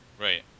Right